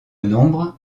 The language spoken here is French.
nombre